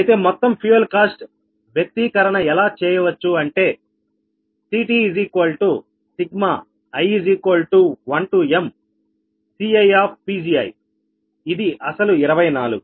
అయితే మొత్తం fuel cost వ్యక్తీకరణ ఎలా చేయవచ్చు అంటే CTi1mCiPgi ఇది అసలు 24